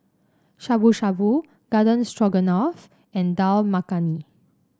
Shabu Shabu Garden Stroganoff and Dal Makhani